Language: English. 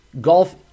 Golf